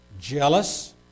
jealous